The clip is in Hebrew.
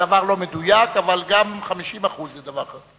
הדבר לא מדויק, אבל גם 50% זה דבר חשוב.